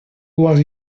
was